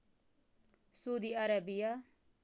Saudi Arabia